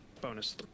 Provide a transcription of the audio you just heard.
bonus